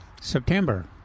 September